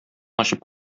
ачып